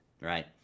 right